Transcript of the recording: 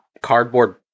cardboard